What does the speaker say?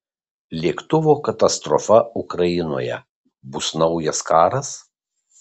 lėktuvo katastrofa ukrainoje bus naujas karas